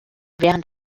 während